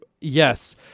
Yes